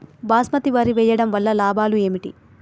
బాస్మతి వరి వేయటం వల్ల లాభాలు ఏమిటి?